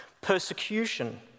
persecution